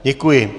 Děkuji.